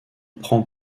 prend